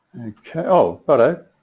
ok i'll but